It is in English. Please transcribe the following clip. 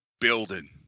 building